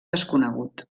desconegut